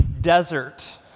desert